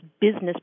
business